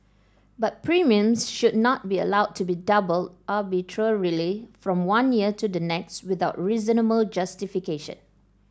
but premiums should not be allowed to be doubled arbitrarily from one year to the next without reasonable justification